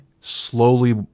slowly